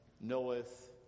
knoweth